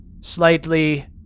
slightly